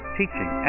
teaching